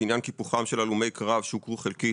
עניין קיפוחם של הלומי קרב שהוכרו חלקית,